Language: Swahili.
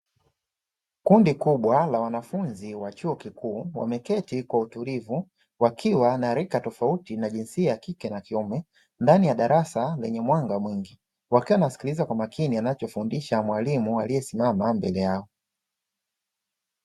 Kundi kubwa la wanafunzi wa chuo kikuu wameketi kwa utulivu, wakiwa na rika tofauti na jinsia ya kike na kiume, ndani ya darasa lenye mwanga mwingi wakiwa wanasikiliza kwa makini anachofundisha mwalimu aliyesimama mbale yao.